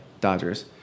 Dodgers